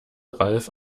ralf